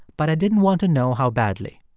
but i didn't want to know how badly.